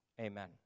amen